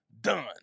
done